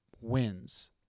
wins